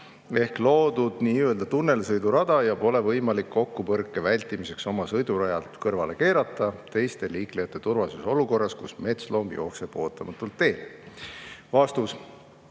ehk loodud nö tunnelsõidurada ja pole võimalik kokkupõrke vältimiseks oma sõidurajalt kõrvale keerata, teiste liiklejate turvalisus olukorras, kus metsloom jookseb ootamatult teele?"